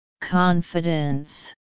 Confidence